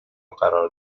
قرار